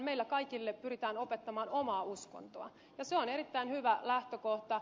meillä kaikille pyritään opettamaan omaa uskontoa ja se on erittäin hyvä lähtökohta